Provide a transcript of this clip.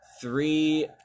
three